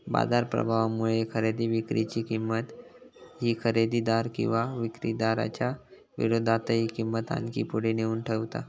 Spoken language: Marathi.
बाजार प्रभावामुळे खरेदी विक्री ची किंमत ही खरेदीदार किंवा विक्रीदाराच्या विरोधातही किंमत आणखी पुढे नेऊन ठेवता